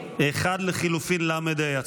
לחלופין ל"ה.